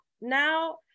now